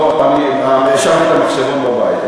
לא, השארתי את המחשבון בבית.